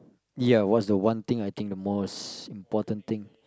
ya what's the one thing I think the most important thing